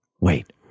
Wait